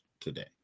today